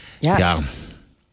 yes